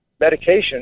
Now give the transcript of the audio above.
medication